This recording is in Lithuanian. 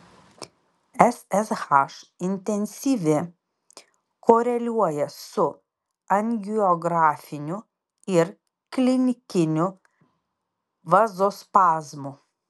ssh intensyvi koreliuoja su angiografiniu ir klinikiniu vazospazmu